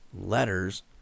letters